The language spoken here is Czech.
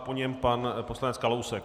Po něm pan poslanec Kalousek.